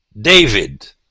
David